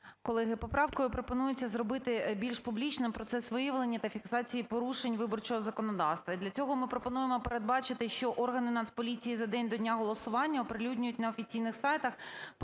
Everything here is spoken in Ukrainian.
Колеги, поправкою пропонується зробити більш публічним процес виявлення та фіксації порушень виборчого законодавства. І для цього ми пропонуємо передбачити, що органи Нацполіції за день до дня голосування оприлюднюють на офіційних сайтах